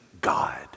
God